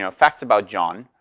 you know facts about john,